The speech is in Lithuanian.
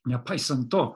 nepaisant to